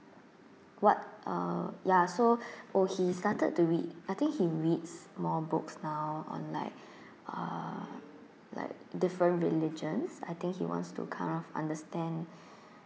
what uh ya so oh he started to read I think he reads more books now on like uh like different religions I think he wants to kind of understand